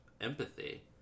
empathy